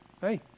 hey